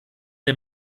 der